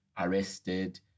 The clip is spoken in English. arrested